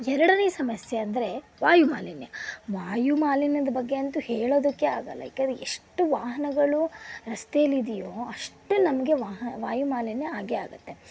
ಎರಡನೇ ಸಮಸ್ಯೆ ಅಂದರೆ ವಾಯುಮಾಲಿನ್ಯ ವಾಯುಮಾಲಿನ್ಯದ ಬಗ್ಗೆ ಅಂತು ಹೇಳೋದಕ್ಕೆ ಆಗಲ್ಲ ಯಾಕಂದರೆ ಎಷ್ಟು ವಾಹನಗಳು ರಸ್ತೆಯಲ್ಲಿದೆಯೋ ಅಷ್ಟು ನಮಗೆ ವಾಹ ವಾಯುಮಾಲಿನ್ಯ ಆಗೇ ಆಗತ್ತೆ